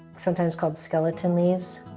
sometimes called skeleton leaves.